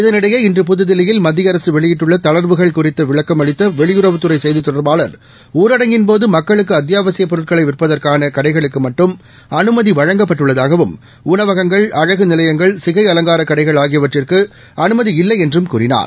இதனிடையே இன்று புதுதில்லியில் மத்திய அரசு வெளியிட்டுள்ள தளா்வுகள் குறித்து விளக்கம் அளித்த வெளியுறவுத்துறை செய்தி தொடர்பாளர் ஊரடங்கின் போது மக்களுக்கு அத்தியாவசியப் பொருட்களை விற்பதற்கான கடைகளுக்கு மட்டும் அனுமதி வழங்கப்பட்டுள்ளதாகவும் உணவகங்கள் அழகு நிலையங்கள் சிகை அலங்கார கடைகள் ஆகியவற்றுக்கு அனுமதி இல்லை என்றும் கூறினார்